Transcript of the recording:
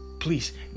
Please